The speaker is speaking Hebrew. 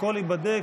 הכול ייבדק,